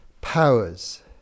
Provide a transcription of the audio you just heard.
powers